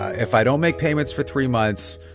if i don't make payments for three months,